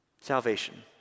salvation